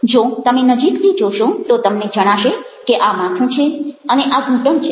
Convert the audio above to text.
જો તમે નજીકથી જોશો તો તમને જણાશે કે આ માથું છે અને આ ઘૂંટણ છે